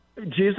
Jesus